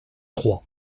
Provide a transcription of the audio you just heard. troyes